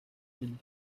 him